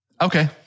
Okay